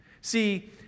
See